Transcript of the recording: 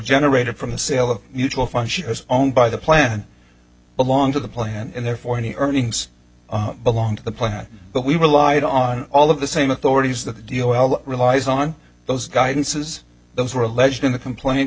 generated from the sale of mutual funds she was owned by the plan belong to the plan and therefore any earnings belong to the plan but we relied on all of the same authorities that relies on those guidances those were alleged in the complain